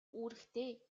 үүрэгтэй